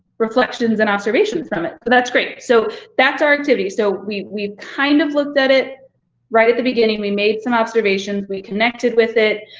reflections and observations from it. so but that's great. so that's our activity. so we we kind of looked at it right at the beginning, we made some observations, we connected with it,